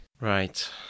Right